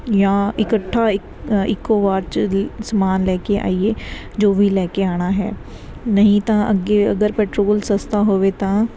ਜਾਂ ਇਕੱਠਾ ਇ ਇੱਕੋ ਵਾਰ 'ਚ ਲ ਸਮਾਨ ਲੈ ਕੇ ਆਈਏ ਜੋ ਵੀ ਲੈ ਕੇ ਆਉਣਾ ਹੈ ਨਹੀਂ ਤਾਂ ਅੱਗੇ ਅਗਰ ਪੈਟਰੋਲ ਸਸਤਾ ਹੋਵੇ ਤਾਂ